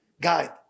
guide